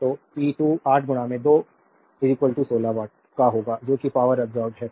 तो P2 8 2 16 watt का होगा जो कि पावरअब्सोर्बेद है